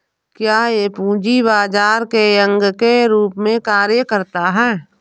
क्या यह पूंजी बाजार के अंग के रूप में कार्य करता है?